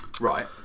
right